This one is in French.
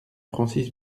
francis